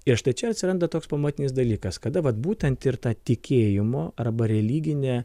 ir štai čia atsiranda toks pamatinis dalykas kada vat būtent ir tą tikėjimo arba religinė